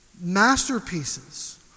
masterpieces